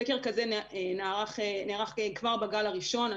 סקר כזה נערך כבר בגל הראשון.